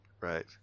Right